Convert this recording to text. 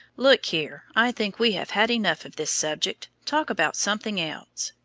look here, i think we have had enough of this subject. talk about something else.